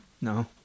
No